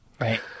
right